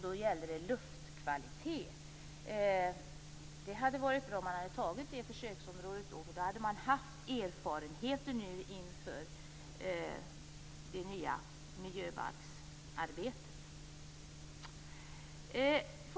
Då gällde det luftkvaliteten. Det hade varit bra om man då hade antagit det försöksområdet, för då skulle man nu ha erfarenheter inför det nya miljöbalksarbetet.